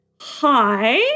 hi